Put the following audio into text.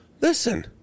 Listen